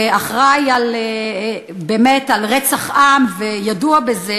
שאחראי לרצח עם וידוע בזה.